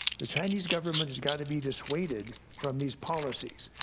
the chinese government has got to be dissuaded from these policies.